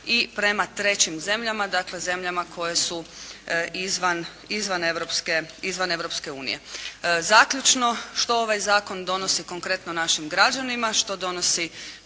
i prema trećim zemljama. Dakle, zemljama koje su izvan Europske unije. Zaključno, što ovaj zakon donosi konkretno našim građanima, što donosi